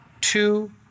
two